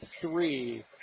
three